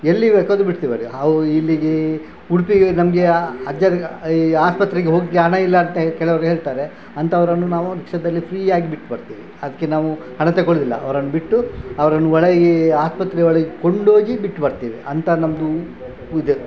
ಎಲ್ಲಿ ಬೇಕಾದರೂ ಬಿಡ್ತೇವೆ ಅವರಿಗೆ ಅವು ಇಲ್ಲಿಗೆ ಉಡುಪಿಗೆ ನಮಗೆ ಅಜ್ಜರ ಈ ಆಸ್ಪತ್ರೆಗೆ ಹೋಗಲಿಕ್ಕೆ ಹಣ ಇಲ್ಲ ಅಂತ ಕೆಲವ್ರು ಹೇಳ್ತಾರೆ ಅಂಥವರನ್ನು ನಾವು ರಿಕ್ಷದಲ್ಲಿ ಫ್ರೀಯಾಗಿ ಬಿಟ್ಟು ಬರ್ತೇವೆ ಅದಕ್ಕೆ ನಾವು ಹಣ ತಗೊಳ್ಳೋದಿಲ್ಲ ಅವರನ್ನು ಬಿಟ್ಟು ಅವರನ್ನು ಒಳಗೆ ಆಸ್ಪತ್ರೆ ಒಳಗೆ ಕೊಂಡೋಗಿ ಬಿಟ್ಟು ಬರ್ತೇವೆ ಅಂತ ನಮ್ಮದು ಉದ್ಯೋಗ